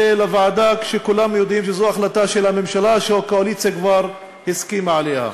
לוועדה כשכולם יודעים שזו החלטה של הממשלה שהקואליציה כבר הסכימה עליה.